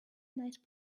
nice